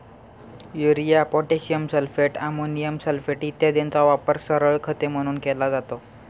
urea, potassium sulphate, ammonium sulphate इत्यादींचा वापर सरळ खते म्हणून केला जातो